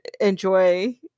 enjoy